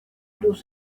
cruz